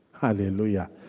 Hallelujah